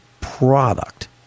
product